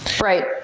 Right